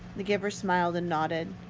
the giver smiled, and nodded.